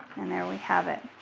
and there we have it.